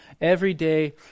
everyday